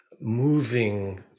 moving